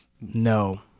No